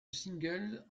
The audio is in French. singles